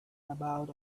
about